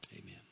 amen